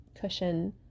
cushion